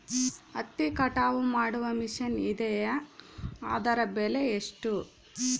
ಹತ್ತಿ ಕಟಾವು ಮಾಡುವ ಮಿಷನ್ ಇದೆಯೇ ಅದರ ಬೆಲೆ ಎಷ್ಟು?